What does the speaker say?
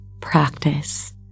practice